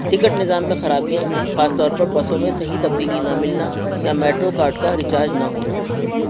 ticket نظام میں خرابیاں خاص طور پر بسوں میں صحیح تبدیلی نہ ملنا یا میٹرو کارڈ کا ریچارج نہ ہونا